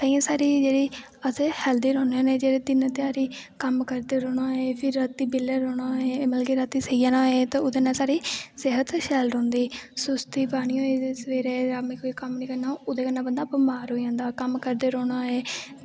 तांईयै साढ़ी जेह्ड़ी अस हैल्दी रोह्ने होन्ने जेह्ड़े दिन ध्याह्ड़ी कम्म करदे रौह्ना होऐ मतलव की राती सेई जाना होऐ ते ओह्दै नै साढ़ी सेह्त शैल रौंह्दी सुस्ती पानी होऐ सवेरे शामी कोई कम्म नी करना होऐ ओह्दै कन्नै बंदा बमार होई जंदा अगर कम्म करदे रौह्ना होऐ